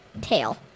tail